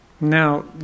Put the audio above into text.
Now